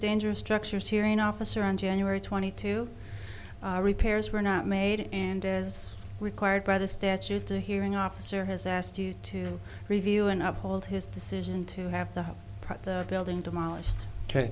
dangerous structures hearing officer on january twenty two repairs were not made and as required by the statute the hearing officer has asked you to review and i hold his decision to have to have the building demolished